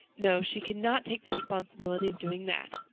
no, she could not take the responsibility of doing that!